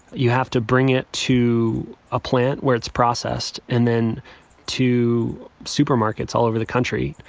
you have to bring it to a plant where it's processed and then to supermarkets all over the country.